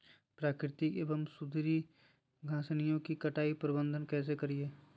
प्राकृतिक एवं सुधरी घासनियों में कटाई प्रबन्ध कैसे करीये?